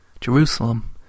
Jerusalem